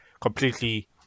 completely